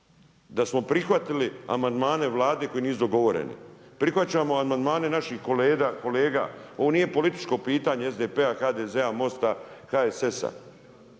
da smo prihvatili amandmane Vlade koji nisu dogovoreni. Prihvaćamo amandmane naših kolega. Ovo nije političko pitanje SDP-a, HDZ-a, Mosta, HSS-a.